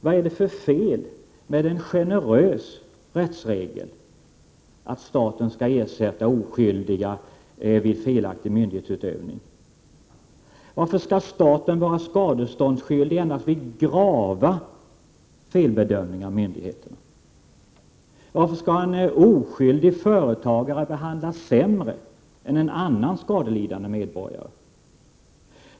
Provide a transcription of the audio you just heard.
Vad är det för fel med en generös rättsregel när det gäller att ersätta oskyldiga vid felaktig myndighetsutövning? Varför skall staten vara skadeståndsskyldig endast vid grava felbedömningar av myndigheterna? Varför skall en oskyldig företagare behandlas sämre än en annan skadelidande medborgare?